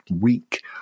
week